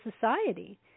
society